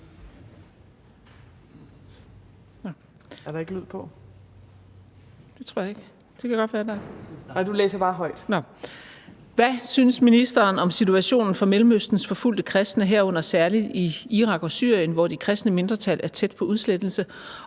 28) Til ministeren for udviklingssamarbejde af: Marie Krarup (DF): Hvad synes ministeren om situationen for Mellemøstens forfulgte kristne, herunder særlig i Irak og Syrien, hvor de kristne mindretal er tæt på udslettelse,